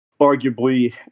arguably